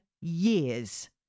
years